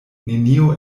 nenio